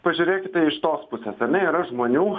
pažiūrėkite iš tos pusės ar ne yra žmonių